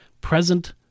Present